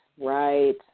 Right